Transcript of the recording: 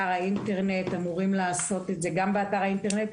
אמורים לעשות את זה באתר האינטרנט.